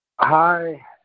Hi